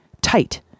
tight